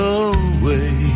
away